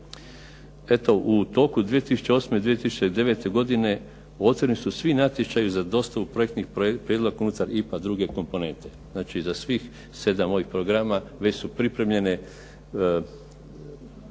Eto, u toku 2008. i 2009. godine otvoreni su svi natječaji za dostavu projektnih prijedloga unutar IPA druge komponente, znači za svih sedam ovih programa već su pripremljene